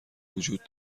وجود